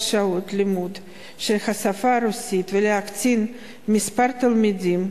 שעות הלימוד של השפה הרוסית ולהקטין את מספר תלמידים